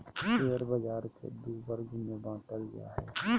share बाज़ार के दू वर्ग में बांटल जा हइ